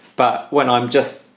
but when i'm just,